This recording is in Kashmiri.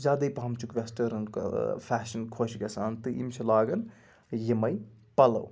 زیادَے پَہم چھُکھ ویٚسٹٲرٕن فیشَن خۄش گَژھان تہٕ یِم چھِ لاگَان یِمَے پَلَو